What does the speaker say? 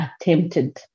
attempted